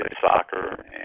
soccer